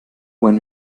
when